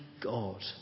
God